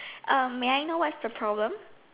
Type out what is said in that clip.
um may I know what's the problem